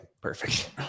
perfect